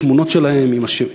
את התמונות שלהם עם השמות,